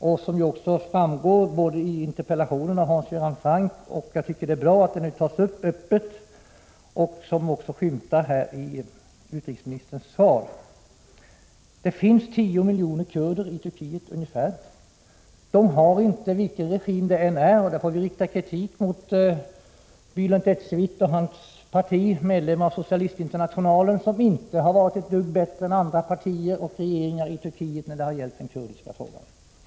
Kurdernas situation berörs i interpellationen av Hans Göran Franck — jag tycker det är bra att den frågan nu tas upp öppet — och till viss del också i utrikesministerns svar. Det finns ungefär tio miljoner kurder i Turkiet. De omfattas inte av de mänskliga rättigheterna, oavsett vilken regim som sitter eller har suttit vid makten. Här får vi rikta kritik mot Bälent Ecevit och hans parti, medlem av Socialistinternationalen, som inte har varit ett dugg bättre än andra partier och regeringar i Turkiet när det har gällt den kurdiska frågan.